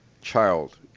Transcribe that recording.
child